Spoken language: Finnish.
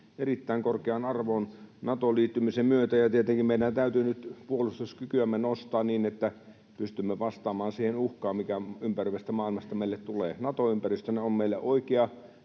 erittäin korkeaan arvoon Natoon liittymisen myötä. Tietenkin meidän täytyy nyt puolustuskykyämme nostaa niin, että pystymme vastaamaan siihen uhkaan, mikä ympäröivästä maailmasta meille tulee. Nato ympäristönä on meille oikea,